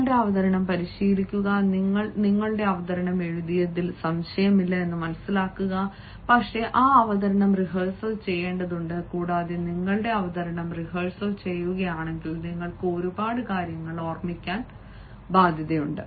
നിങ്ങളുടെ അവതരണം പരിശീലിക്കുക നിങ്ങൾ നിങ്ങളുടെ അവതരണം എഴുതിയതിൽ സംശയമില്ല പക്ഷേ ആ അവതരണം റിഹേഴ്സൽ ചെയ്യേണ്ടതുണ്ട് കൂടാതെ നിങ്ങളുടെ അവതരണം റിഹേഴ്സൽ ചെയ്യുകയാണെങ്കിൽ നിങ്ങൾക്ക് ഒരുപാട് കാര്യങ്ങൾ ഓർമ്മിക്കാൻ ബാധ്യതയുണ്ട്